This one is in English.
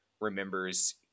remembers